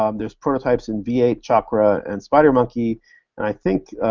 um there's prototypes in v eight, chakra, and spidermonkey, and i think,